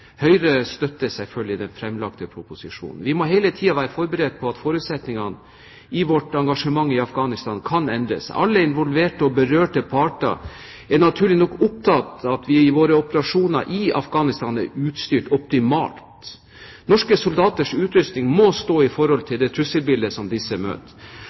Høyre støtter selvfølgelig den fremlagte proposisjonen. Vi må hele tiden være forberedt på at forutsetningene for vårt engasjement i Afghanistan kan endre seg. Alle involverte og berørte parter er naturlig nok opptatt av at vi i våre operasjoner i Afghanistan er utstyrt optimalt. Norske soldaters utrustning må stå i forhold til det trusselbildet som disse møter.